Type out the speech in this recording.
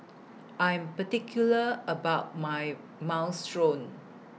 I'm particular about My Minestrone